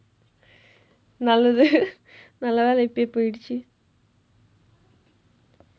நல்லது:nallathu நல்ல வேளை இப்பவே போயிடுச்சு:nalla veelai ippavee pooyiduchsu